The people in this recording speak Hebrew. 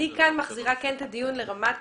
אני כאן מחזירה את הדיון לרמת